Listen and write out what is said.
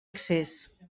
accés